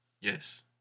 Yes